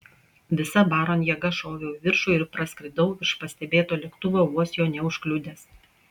visa baron jėga šoviau į viršų ir praskridau virš pastebėto lėktuvo vos jo neužkliudęs